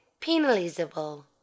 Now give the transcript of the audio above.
Penalizable